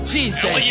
Jesus